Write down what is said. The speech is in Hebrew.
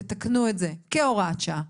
תתקנו את זה כהוראת שעה.